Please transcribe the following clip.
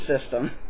system